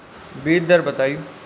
बीज दर बताई?